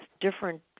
different